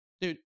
Dude